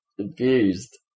Abused